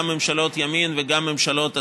גם ממשלות ימין וגם ממשלות השמאל.